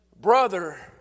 brother